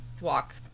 walk